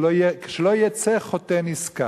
שלא יצא חוטא נשכר,